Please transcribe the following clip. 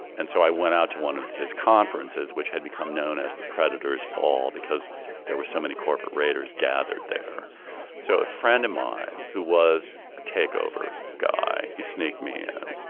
and so i went out to one of his conferences, which had become known as the predator's ball because there were so many corporate raiders gathered there so a friend of mine who was a takeover guy he sneaked me and